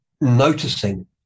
noticing